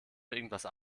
irgendetwas